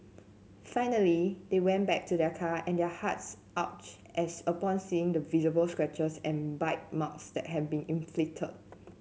finally they went back to their car and their hearts as upon seeing the visible scratches and bite marks that had been inflicted